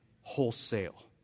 wholesale